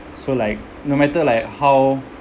so like no matter like how